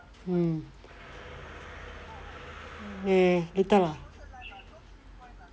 mm eh later lah